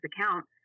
account